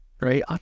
right